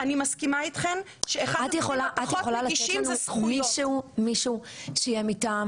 את יכולה לתת לנו מישהו שיהיה מטעם